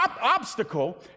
obstacle